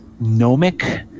gnomic